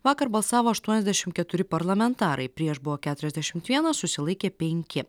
vakar balsavo aštuoniasdešim keturi parlamentarai prieš buvo keturiasdešimt vienas susilaikė penki